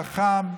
חכם,